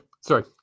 sorry